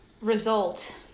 result